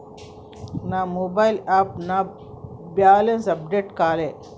నా మొబైల్ యాప్లో నా బ్యాలెన్స్ అప్డేట్ కాలే